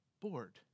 bored